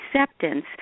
acceptance